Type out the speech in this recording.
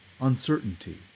Uncertainty